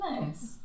Nice